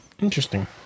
interesting